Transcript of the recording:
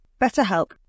BetterHelp